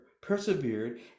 persevered